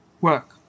work